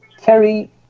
carry